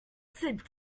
sit